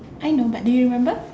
I know but do you remember